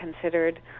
considered